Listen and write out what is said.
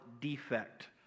defect